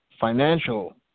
financial